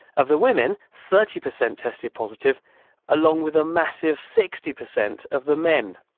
of the women, thirty percent tested positive along with a massive sixty percent of the men.